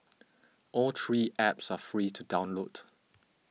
all three apps are free to download